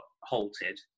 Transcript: halted